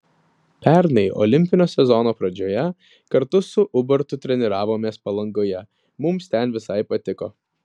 pernai olimpinio sezono pradžioje kartu su ubartu treniravomės palangoje mums ten visai patiko